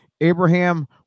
Abraham